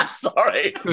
Sorry